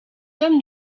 homme